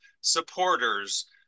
supporters